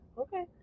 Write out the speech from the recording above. Okay